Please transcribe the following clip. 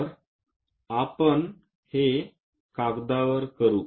तर आपण हे कागदावर करू